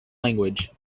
language